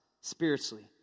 spiritually